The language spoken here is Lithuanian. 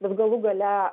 bet galų gale